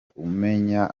umenya